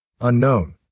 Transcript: Unknown